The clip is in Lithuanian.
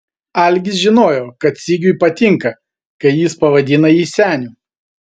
algis žinojo kad sigiui patinka kai jis pavadina jį seniu